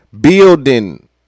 Building